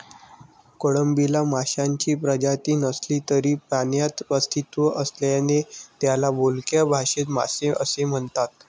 कोळंबीला माशांची प्रजाती नसली तरी पाण्यात अस्तित्व असल्याने त्याला बोलक्या भाषेत मासे असे म्हणतात